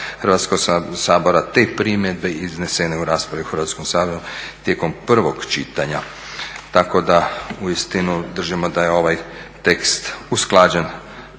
Hrvatskog sabora te primjedbe iznesene u raspravi u Hrvatskom saboru tijekom prvog čitanja. Tako da uistinu držimo da je ovaj tekst usklađen,